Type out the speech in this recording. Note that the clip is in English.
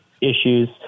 issues